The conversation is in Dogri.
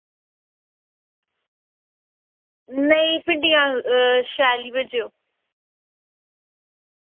नेईं भिंडियां शैल ई भेजेओ